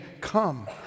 come